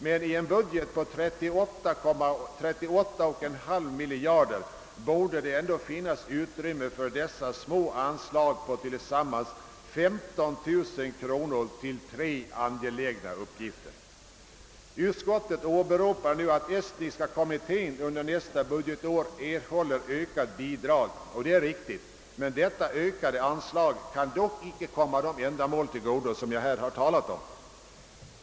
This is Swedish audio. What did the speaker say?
Men i en budget på 38,3 miljarder borde det ändå finnas utrymme för dessa små anslag på tillsammans 15000 kronor till tre angelägna uppgifter. Utskottet åberopar att Estniska kommittén under nästa budgetår erhåller ökat bidrag, och det är riktigt. Men det ökade anslaget kan inte komma de ändamål till godo som jag här talat om.